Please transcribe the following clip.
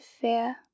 fear